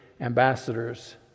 ambassadors